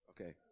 Okay